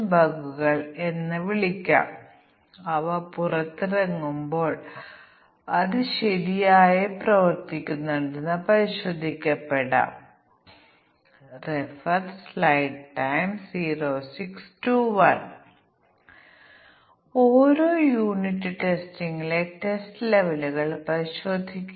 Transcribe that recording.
ഇത്തരത്തിലുള്ള പ്രശ്നം കണ്ടുപിടിക്കാൻ നമ്മൾ ശരിക്കും പരീക്ഷണ കേസുകൾ സൃഷ്ടിക്കേണ്ടതുണ്ട് അത് എല്ലാ ജോഡി തിരിച്ചുള്ള മൂല്യങ്ങളും 1 15 set 1 1 1 15 set 0 1 1 15 set 1 0 p 1 p 2 0 1 1 0 എന്നിങ്ങനെ സജ്ജമാക്കി